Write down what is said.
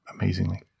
amazingly